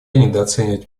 недооценивать